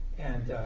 and